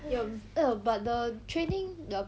ya um eh but the training the